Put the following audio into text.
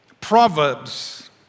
Proverbs